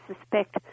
suspect